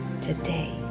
today